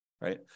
right